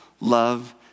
love